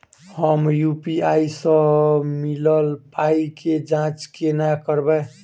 हम यु.पी.आई सअ मिलल पाई केँ जाँच केना करबै?